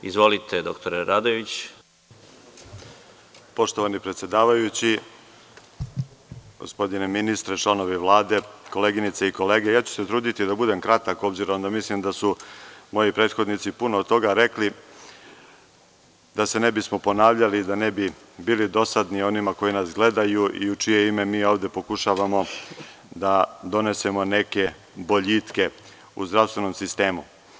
Poštovani predsedavajući, gospodine ministre, članovi Vlade, koleginice i kolege, ja ću se truditi da budem kratak, obzirom da mislim da su moji prethodnici puno toga rekli, da se ne bismo ponavljali i da ne bismo bili dosadni onima koji nas gledaju i u čije ime mi ovde pokušavamo da donesemo neke boljitke u zdravstvenom sistemu.